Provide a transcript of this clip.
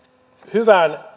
hyvään